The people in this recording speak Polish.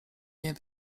nie